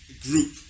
group